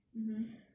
mmhmm